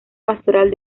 pastoral